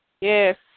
Yes